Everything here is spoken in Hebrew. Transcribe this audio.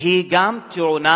היא גם טעונה